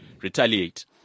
retaliate